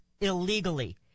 illegally